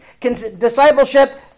Discipleship